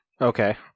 Okay